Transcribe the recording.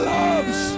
loves